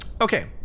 Okay